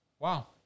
Wow